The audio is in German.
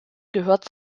gehört